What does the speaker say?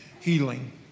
healing